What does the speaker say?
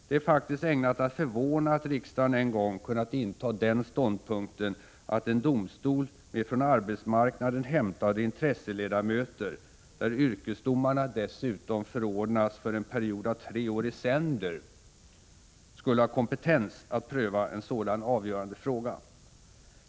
Det är faktiskt ägnat att förvåna att riksdagen en gång kunnat intaga den ståndpunkten att en domstol med från arbetsmarknaden hämtade intresseledamöter, där yrkesdomarna dessutom förordnas för en period av tre år i sänder, skulle ha kompetens att pröva en sådan avgörande fråga.